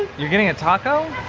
you're getting a taco?